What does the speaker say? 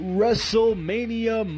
Wrestlemania